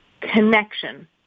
connection